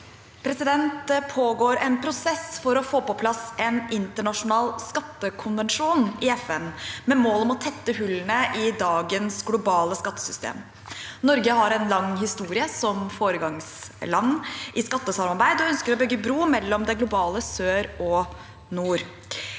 «Det på- går en prosess for å få på plass en internasjonal skattekonvensjon i FN, med mål om å tette hullene i dagens globale skattesystem. Norge har en lang historie som foregangsland i skattesamarbeid, og ønsker å bygge bro mellom det globale nord og sør.